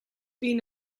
been